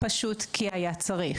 פשוט כי היה צריך.